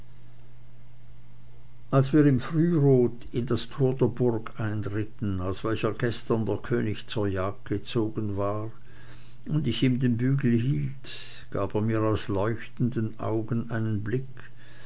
als wir im frührot in das tor der burg einritten aus welcher gestern der könig zur jagd gezogen war und ich ihm den bügel hielt gab er mir aus leuchtenden augen einen blick